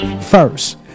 First